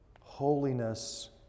Holiness